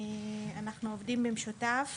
אנחנו עובדים במשותף